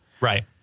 Right